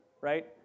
right